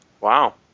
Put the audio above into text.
Wow